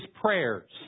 prayers